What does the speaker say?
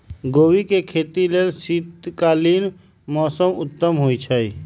गोभी के खेती लेल शीतकालीन मौसम उत्तम होइ छइ